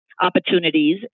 opportunities